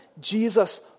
Jesus